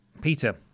Peter